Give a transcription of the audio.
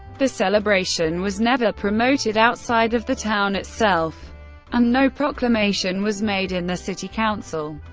the celebration was never promoted outside of the town itself and no proclamation was made in the city council.